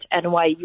NYU